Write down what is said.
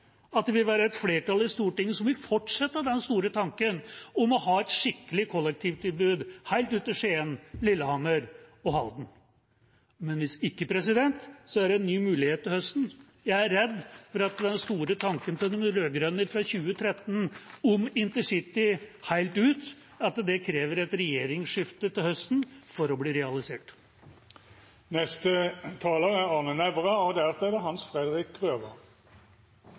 det vil være et flertall i Stortinget som vil fortsette den store tanken om å ha et skikkelig kollektivtilbud helt ut til Skien, Lillehammer og Halden. Hvis ikke er det en ny mulighet til høsten. Jeg er redd for at den store tanken til de rød-grønne fra 2013 om intercity helt ut, krever et regjeringsskifte til høsten for å bli realisert.